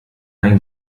ein